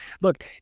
look